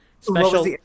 Special